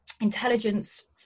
intelligence